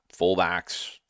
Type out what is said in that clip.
fullbacks